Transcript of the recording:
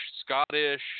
Scottish